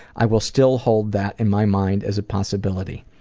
i will still hold that in my mind as a possibility.